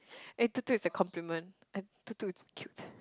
eh toot-toot is a compliment and toot-toot is cute